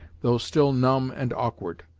though still numb and awkward.